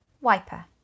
wiper